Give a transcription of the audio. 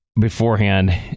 beforehand